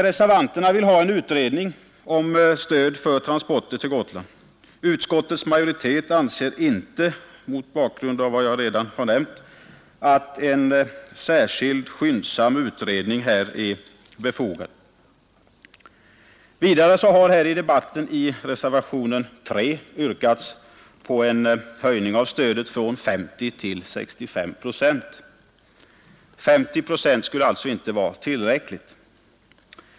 Reservanterna vill ha en utredning om stöd för transporter till Gotland. Utskottets majoritet anser — mot bakgrund av vad jag redan har nämnt — att en särskild skyndsam utredning här inte är befogad. Vidare har i reservationen 3 yrkats på en höjning av stödet från 50 till 65 procent. 50 procent skulle alltså inte vara tillräckligt.